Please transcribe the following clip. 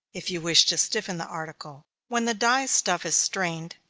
if you wish to stiffen the article. when the dye-stuff is strained,